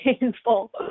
painful